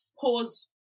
pause